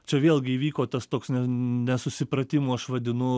čia vėlgi įvyko tas toks ne nesusipratimu aš vadinu